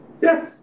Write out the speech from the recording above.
Yes